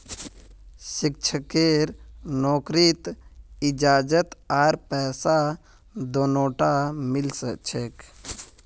शिक्षकेर नौकरीत इज्जत आर पैसा दोनोटा मिल छेक